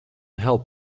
help